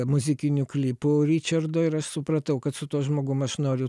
muzikinių klipų ričardo ir aš supratau kad su tuo žmogum aš noriu